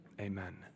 Amen